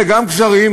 וגם גזרים,